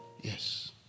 Yes